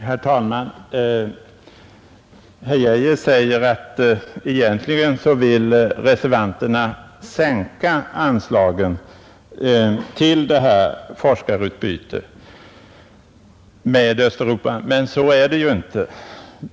Herr talman! Herr Arne Geijer i Stockholm säger att egentligen vill reservanterna sänka anslagen till det här forskarutbytet med Östeuropa. Men så är det ju inte.